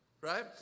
right